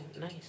nice